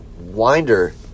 winder